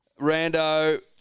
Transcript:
Rando